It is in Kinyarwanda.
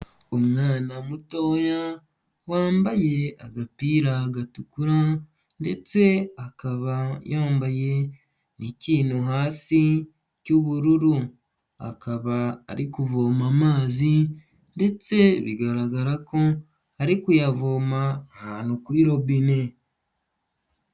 Umwana mutoya wambaye agapira gatukura ndetse akaba yambaye n'ikintu hasi cy'ubururu, akaba ari kuvoma amazi ndetse bigaragara ko ari kuyavoma ahantu kuri robine.